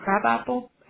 Crabapple